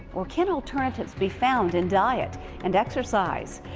or can alternatives be found in diet and exercise?